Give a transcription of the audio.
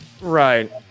Right